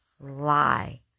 lie